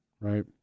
right